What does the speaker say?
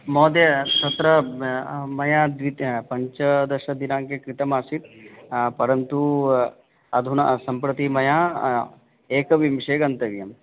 महोदय तत्र मया द्वित पञ्चदशदिनाङ्के क्रितमासीत् परन्तु अधुना सम्प्रति मया एकविंशे गन्तव्यम्